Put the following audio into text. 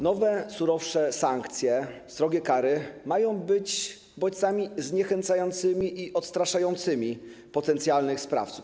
Nowe, surowsze sankcje, srogie kary mają być bodźcami zniechęcającymi i odstraszającymi potencjalnych sprawców.